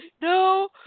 no